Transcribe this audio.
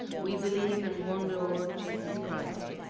we believe in one lord jesus christ,